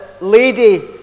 lady